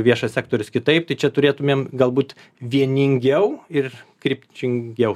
viešas sektorius kitaip tai čia turėtumėm galbūt vieningiau ir kryptingiau